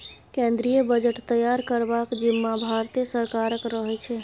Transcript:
केंद्रीय बजट तैयार करबाक जिम्माँ भारते सरकारक रहै छै